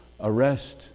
arrest